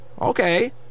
Okay